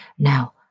Now